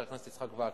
חבר הכנסת יצחק וקנין,